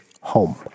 home